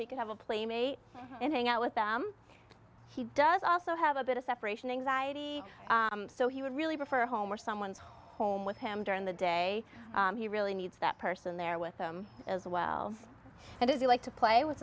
can have a playmate and hang out with them he does also have a bit of separation anxiety so he would really prefer home or someone's home with him during the day he really needs that person there with him as well and if you like to play with